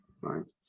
right